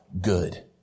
good